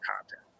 content